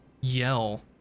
yell